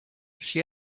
she